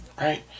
right